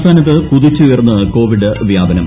സംസ്ഥാനത്ത് കുതിച്ചുയർന്ന് കോവിഡ് വ്യാപനം